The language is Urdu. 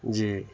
جی